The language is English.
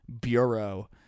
bureau